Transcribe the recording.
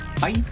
Bye